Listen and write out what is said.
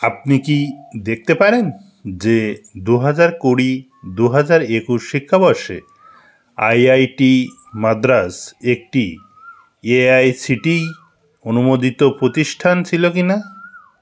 আপনি কি দেখতে পারেন যে দু হাজার কুড়ি দু হাজার একুশ শিক্ষাবর্ষে আইআইটি মাদ্রাস একটি এআইসিটিই অনুমোদিত প্রতিষ্ঠান ছিলো কিনা